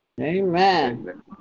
Amen